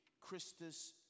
Christus